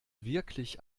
wirklich